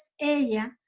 ella